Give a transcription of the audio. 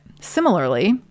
Similarly